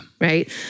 Right